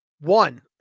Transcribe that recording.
one